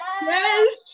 Yes